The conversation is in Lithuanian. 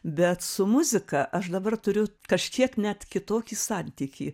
bet su muzika aš dabar turiu kažkiek net kitokį santykį